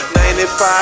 95